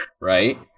right